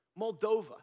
Moldova